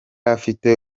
afite